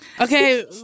Okay